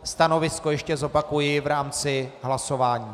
Stanovisko ještě zopakuji v rámci hlasování.